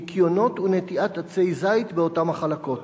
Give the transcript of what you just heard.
ניקיונות ונטיעת עצי זית באותן החלקות.